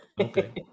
Okay